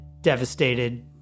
devastated